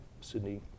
Sydney